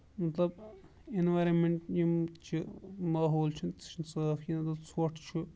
مطلب اینورنمینٹ یِم چھِ ماحول چھُ سُہ چھُ نہٕ صاف کیٚنٛہہ مطلب ژوٚٹھ چھُ